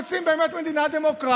לא ראיתי אותך מעבירה את חוק פסקת